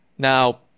Now